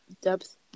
depth